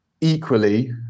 Equally